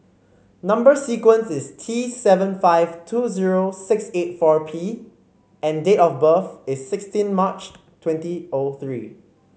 number sequence is T seven five two zero six eight four P and date of birth is sixteen March twenty O three